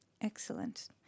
Excellent